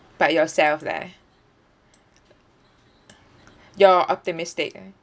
but yourself leh you're optimistic